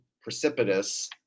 precipitous